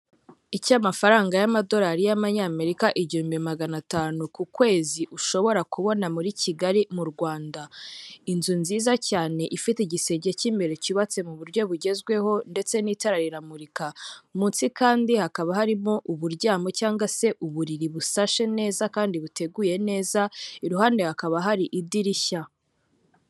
Icy'amafaranga y'amadolari y'Amanyamerika igihumbi magana atanu ku kwezi ushobora kubona muri Kigali mu Rwanda. Inzu nziza cyane ifite igisenge cy'imbere cyubatse mu buryo bugezweho ndetse n'itara riramurika, munsi kandi hakaba harimo uburyamo cyangwa se uburiri busashe neza kandi buteguye neza, iruhande hakaba hari idirishya.